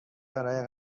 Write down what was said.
برای